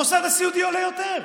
המוסד הסיעודי עולה יותר.